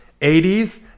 80s